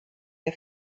der